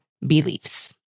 beliefs